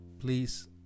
please